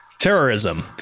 Terrorism